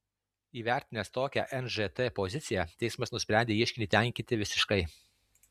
įvertinęs tokią nžt poziciją teismas nusprendė ieškinį tenkinti visiškai